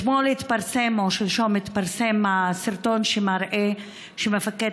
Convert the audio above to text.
אתמול או שלשום התפרסם הסרטון שמראה שמפקד